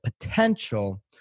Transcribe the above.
potential